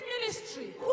ministry